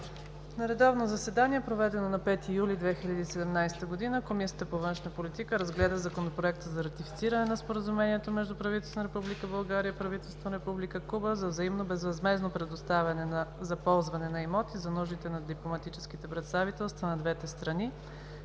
На редовно заседание, проведено на 5 юли 2017 г., Комисията по външна политика разгледа Законопроект за ратифициране на Споразумението между правителството на Република България и правителството на Република Куба за взаимно безвъзмездно предоставяне за ползване на имоти за нуждите на дипломатическите представителства на двете страни,